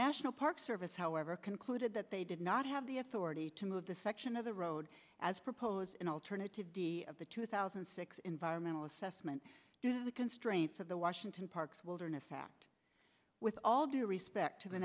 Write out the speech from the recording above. national park service however concluded that they did not have the authority to move the section of the road as propose an alternative of the two thousand and six environmental assessment of the constraints of the washington parks wilderness fact with all due respect to the